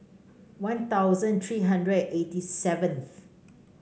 One Thousand three hundred eighty seventh